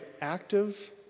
active